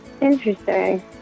Interesting